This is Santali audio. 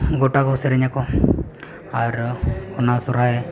ᱜᱚᱴᱟ ᱠᱚ ᱥᱮᱨᱮᱧᱟᱠᱚ ᱟᱨ ᱚᱱᱟ ᱥᱚᱨᱦᱟᱭ